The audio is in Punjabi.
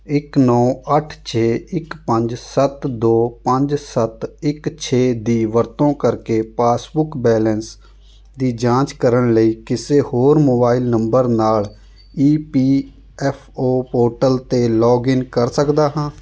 ਇੱਕ ਨੌ ਅੱਠ ਛੇ ਇੱਕ ਪੰਜ ਸੱਤ ਦੋ ਪੰਜ ਸੱਤ ਇੱਕ ਛੇ ਦੀ ਵਰਤੋਂ ਕਰਕੇ ਪਾਸਬੁੱਕ ਬੈਂਲੇਸ ਦੀ ਜਾਂਚ ਕਰਨ ਲਈ ਕਿਸੇ ਹੋਰ ਮੋਬਾਇਲ ਨੰਬਰ ਨਾਲ E P F O portal 'ਤੇ ਲੌਗਿਨ ਕਰ ਸਕਦਾ ਹਾਂ